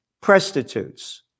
prostitutes